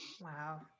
Wow